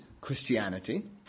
Christianity